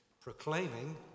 proclaiming